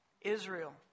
Israel